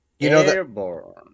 Airborne